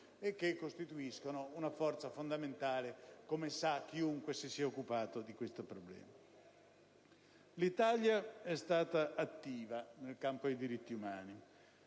e costituiscono una forza fondamentale, come sa chiunque si sia occupato di questo problema. L'Italia è stata attiva nel campo dei diritti umani.